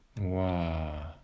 Wow